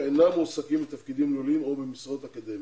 אינם מועסקים בתפקידים ניהוליים או במשרות אקדמיות.